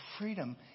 freedom